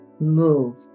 move